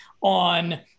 on